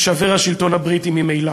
יישבר השלטון הבריטי ממילא.